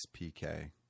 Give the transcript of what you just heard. PK